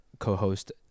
co-host